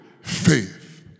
faith